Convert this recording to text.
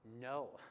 No